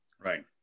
Right